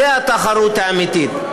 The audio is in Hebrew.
זאת התחרות האמיתית.